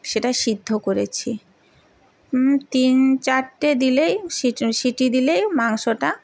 সেটা সিদ্ধ করেছি তিন চারটে দিলেই সিটি দিলেই মাংসটা